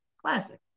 Classic